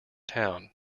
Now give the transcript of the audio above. town